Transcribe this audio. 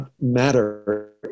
matter